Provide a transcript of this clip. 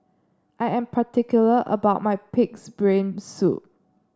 I am particular about my pig's brain soup